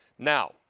now,